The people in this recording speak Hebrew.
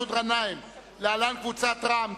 האיחוד הלאומי, אני אבקש להצביע עליה אלקטרונית.